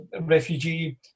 refugee